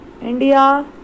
India